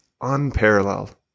unparalleled